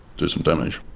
do some damage.